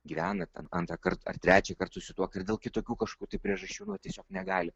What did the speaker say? gyvena ten antrąkart ar trečiąkart susituokę ir dėl kitokių kažkokių tai priežasčių nu tiesiog negali